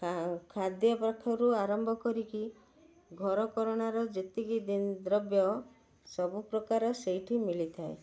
ଖାଦ୍ୟ ପାଖରୁ ଆରମ୍ଭ କରିକି ଘରକରଣାର ଯେତିକି ଦ୍ରବ୍ୟ ସବୁ ପ୍ରକାର ସେଇଠି ମିଳିଥାଏ